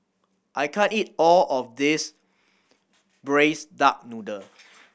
I can't eat all of this Braised Duck Noodle